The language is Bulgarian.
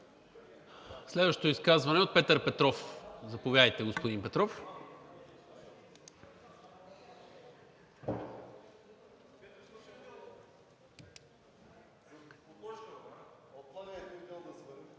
Следващото изказване е от Петър Петров. Заповядайте, господин Петров. ПЕТЪР ПЕТРОВ